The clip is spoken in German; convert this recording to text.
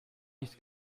nicht